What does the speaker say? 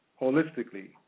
holistically